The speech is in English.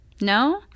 No